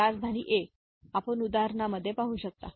तर राजधानी A आपण उदाहरणामध्ये पाहू शकता